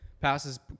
passes